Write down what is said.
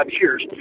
years